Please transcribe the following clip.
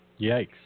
Yikes